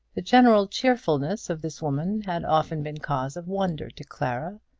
the general cheerfulness of this woman had often been cause of wonder to clara,